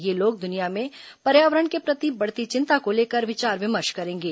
ये लोग दुनिया में पर्यावरण के प्रति बढ़ती चिंता को लेकर विचार विमर्श करेंगे